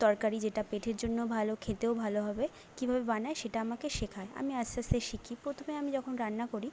তরকারি যেটা পেটের জন্য ভালো খেতেও ভালো হবে কীভাবে বানায় সেটা আমাকে শেখায় আমি আস্তে আস্তে শিখি প্রথমে আমি যখন রান্না করি